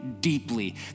deeply